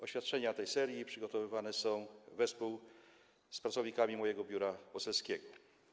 Oświadczenia tej serii przygotowywane są wespół z pracownikami mojego biura poselskiego.